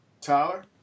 Tyler